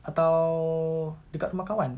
atau dekat rumah kawan